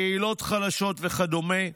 קהילות חלשות וכדומה,